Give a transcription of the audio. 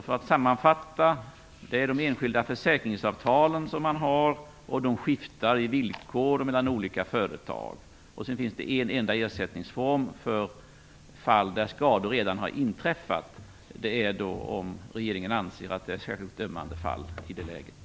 För att sammanfatta är det alltså fråga om enskilda försäkringsavtal, och villkoren skiftar mellan olika företag. Det finns alltså en enda ersättningsform för de fall där skador redan har inträffat, nämligen om regeringen anser att fallet i fråga är särskilt ömmande.